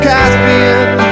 Caspian